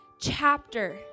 chapter